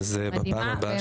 מדהימה.